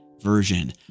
version